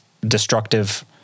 destructive